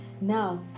Now